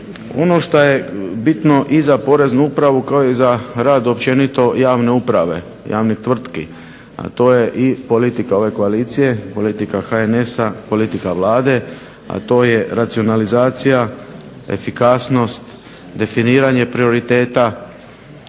Ono što je bitno i za Poreznu upravu kao i za rad općenito javne uprave, javnih tvrtki, a to je i politika ove koalicije, politika HNS-a, politika Vlade, a to je racionalizacija, efikasnost, definiranje prioriteta.